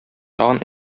тагын